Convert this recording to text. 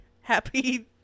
happy